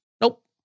Nope